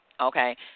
okay